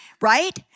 right